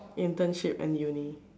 internship in uni